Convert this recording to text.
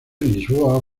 lisboa